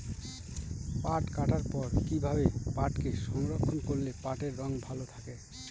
পাট কাটার পর কি ভাবে পাটকে সংরক্ষন করলে পাটের রং ভালো থাকে?